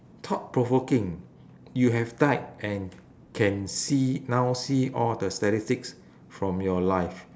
thought provoking you have died and can see now see all the statistics from your life